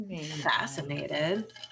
fascinated